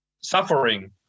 suffering